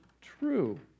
true